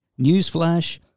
newsflash